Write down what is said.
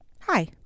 Hi